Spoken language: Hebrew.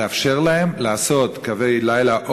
לאפשר להן לעשות קווי לילה,